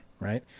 Right